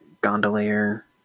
gondolier